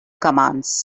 commands